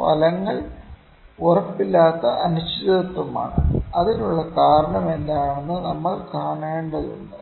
ഫലങ്ങൾ ഉറപ്പില്ലാത്ത അനിശ്ചിതത്വമാണ് അതിനുള്ള കാരണം എന്താണെന്ന് നമ്മൾ കാണേണ്ടതുണ്ട്